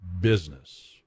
Business